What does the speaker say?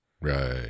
right